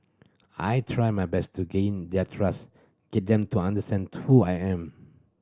I try my best to gain their trust get them to understand who I am